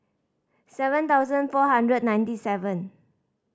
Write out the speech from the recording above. seven thousand four hundred ninety seven